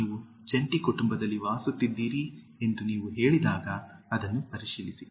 ನೀವು ಜಂಟಿ ಕುಟುಂಬದಲ್ಲಿ ವಾಸಿಸುತ್ತಿದ್ದೀರಿ ಎಂದು ನೀವು ಹೇಳಿದಾಗ ಅದನ್ನು ಪರಿಶೀಲಿಸಿ